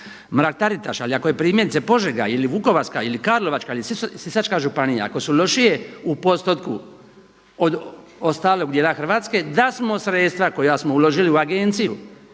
Mrak-Taritaš, ali ako je primjerice Požega ili Vukovarska ili Karlovačka ili Sisačka županija ako su lošije u postotku od ostalog dijela Hrvatske da smo sredstva koja smo uložili u Agenciju